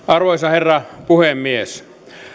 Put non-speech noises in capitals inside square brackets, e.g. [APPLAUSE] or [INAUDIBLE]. [UNINTELLIGIBLE] arvoisa herra puhemies